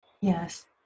Yes